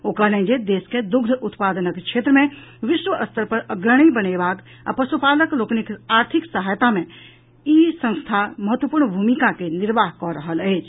ओ कहलनि जे देश के दूग्ध उत्पादनक क्षेत्र मे विश्व स्तर पर अग्रणी बनेबाक आ पुशपालक लोकनिक आर्थिक विकास मे ई संस्था महत्वपूर्ण भूमिका के निर्वाह कऽ रहल अछि